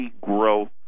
growth